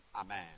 Amen